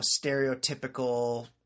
stereotypical